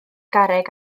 garreg